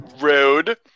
Rude